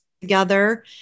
together